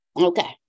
Okay